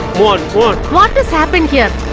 what what is happened here?